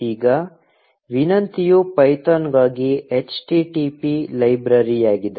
ಈಗ ವಿನಂತಿಯು ಪೈಥಾನ್ಗಾಗಿ http ಲೈಬ್ರರಿಯಾಗಿದೆ